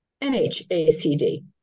NHACD